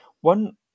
One